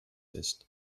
ist